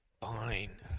Fine